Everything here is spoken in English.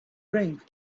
drink